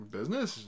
Business